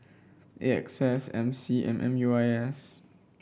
A X S M C and M U I S